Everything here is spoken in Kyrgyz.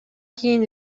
кийин